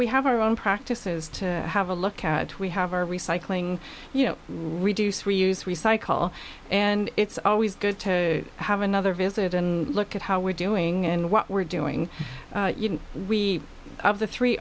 we have our own practices to have a look at we have our recycling you know reduce reuse recycle and it's always good to have another visit and look at how we're doing and what we're doing we have the three